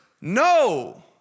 No